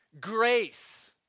Grace